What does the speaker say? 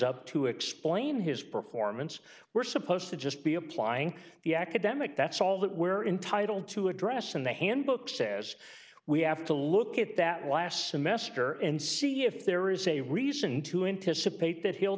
up to explain his performance we're supposed to just be applying the academic that's all that we're entitle to address in the handbook says we have to look at that last semester and see if there is a reason to anticipate that he'll